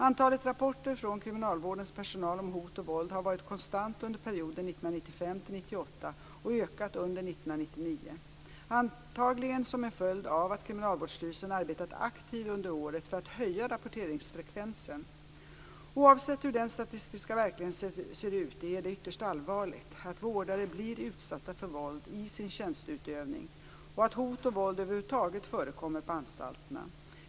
Antalet rapporter från kriminalvårdens personal om hot och våld har varit konstant under perioden 1995-1998 och ökat under 1999; antagligen som en följd av att Kriminalvårdsstyrelsen arbetat aktivt under året för att höja rapporteringsfrekvensen. Oavsett hur den statistiska verkligheten ser ut är det ytterst allvarligt att vårdare blir utsatta för våld i sin tjänsteutövning och att hot och våld över huvud taget förekommer på anstalterna.